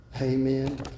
Amen